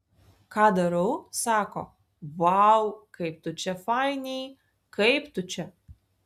ką darau sako vau kaip tu čia fainiai kaip tu čia